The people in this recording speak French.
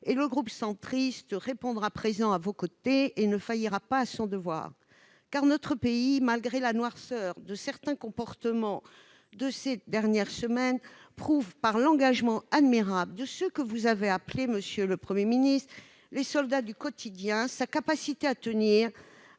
le groupe Union Centriste se tiendra à vos côtés et ne faillira pas à son devoir. En effet, notre pays, malgré la noirceur de certains comportements constatés ces dernières semaines, prouve, par l'engagement admirable de ceux que vous avez appelés, monsieur le Premier ministre, les « soldats du quotidien », sa capacité à tenir,